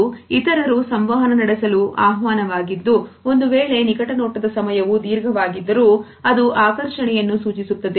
ಇದು ಇತರರು ಸಂವಹನ ನಡೆಸಲು ಆಹ್ವಾನವಾಗಿದ್ದು ಒಂದು ವೇಳೆ ನಿಕಟ ನೋಟದ ಸಮಯವು ದೀರ್ಘವಾಗಿದ್ದರೂ ಅದು ಆಕರ್ಷಣೆಯನ್ನು ಸೂಚಿಸುತ್ತದೆ